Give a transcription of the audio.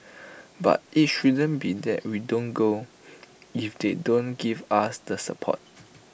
but IT shouldn't be that we don't go if they don't give us the support